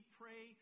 pray